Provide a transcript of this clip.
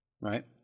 right